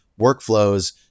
workflows